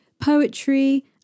poetry